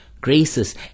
graces